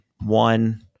one